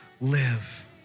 live